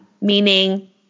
meaning